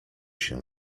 się